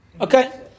Okay